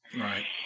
Right